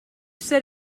said